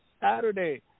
Saturday